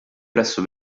presso